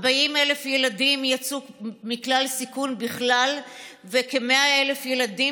40,000 ילדים יצאו מכלל סיכון בכלל וכ-100,000 ילדים